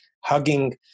hugging